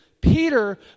Peter